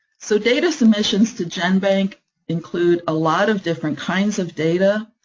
so data submissions to genbank include a lot of different kinds of data.